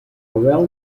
well